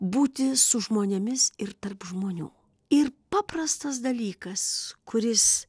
būti su žmonėmis ir tarp žmonių ir paprastas dalykas kuris